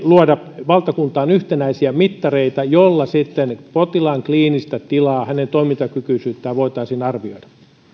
luoda valtakuntaan yhtenäisiä mittareita joilla potilaan kliinistä tilaa hänen toimintakykyisyyttään voitaisiin arvioida